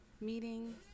meeting